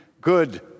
good